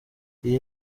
iyi